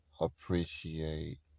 Appreciate